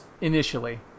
initially